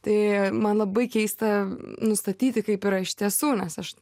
tai man labai keista nustatyti kaip yra iš tiesų nes aš